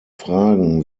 fragen